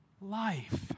life